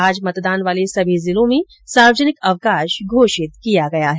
आज मतदान वाले सभी जिलों में सार्वजनिक अवकाश घोषित किया गया है